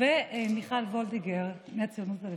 ומיכל וולדיגר מהציונות הדתית,